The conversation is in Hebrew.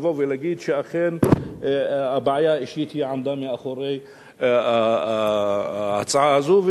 לבוא ולהגיד שאכן הבעיה האישית עמדה מאחורי ההצעה הזאת,